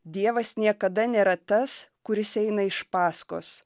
dievas niekada nėra tas kuris eina iš pasakos